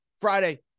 Friday